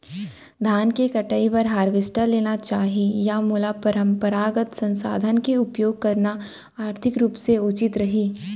धान के कटाई बर हारवेस्टर लेना चाही या मोला परम्परागत संसाधन के उपयोग करना आर्थिक रूप से उचित रही?